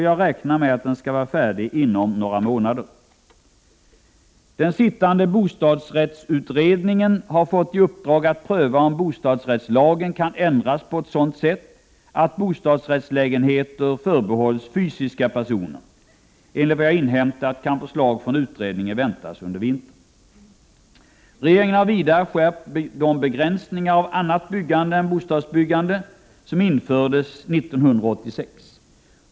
Jag räknar med att den skall vara färdig inom några månader. förbehålls fysiska personer. Enligt vad jag har inhämtat kan förslag från utredningen väntas under vintern. Regeringen har vidare ytterligare skärpt de begränsningar av annat byggande än bostadsbyggande som infördes år 1986.